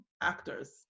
actors